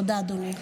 תודה, אדוני.